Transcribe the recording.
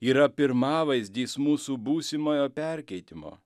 yra pirmavaizdis mūsų būsimojo perkeitimo